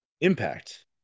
impact